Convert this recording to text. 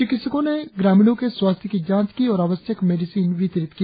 चिकित्सकों ने ग्रामीणों के स्वास्थ्य की जांच की ओर आवश्यक मेडिसिन वितरित किया